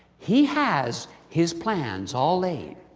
he has his plans all laid.